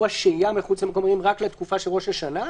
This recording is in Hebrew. השהייה מחוץ למקום מגורים רק לתקופת של ראש השנה.